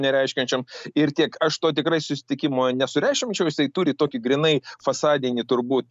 nereiškiančiom ir tiek aš to tikrai susitikimo nesureikšminčiau jisai turi tokį grynai fasadinį turbūt